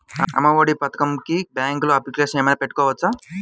అమ్మ ఒడి పథకంకి బ్యాంకులో అప్లికేషన్ ఏమైనా పెట్టుకోవచ్చా?